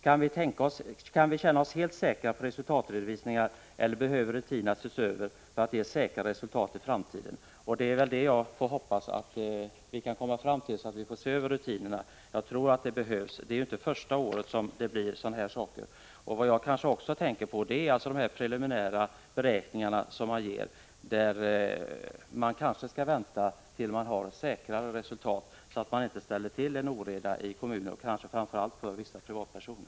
Kan vi känna oss helt säkra på resultatredovisningarna, eller behöver rutinerna ses över för att ge säkrare resultat i framtiden? Det är det jag hoppas att vi kan komma fram till — att rutinerna ses över. Jag tror att det behövs — det är ju inte första gången sådana här saker inträffar. Vad jag också tänker på är de preliminära beräkningar som redovisas. Man skall kanske vänta tills man har säkrare resultat, så att man inte ställer till oreda i kommuner och framför allt för vissa privatpersoner.